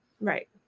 right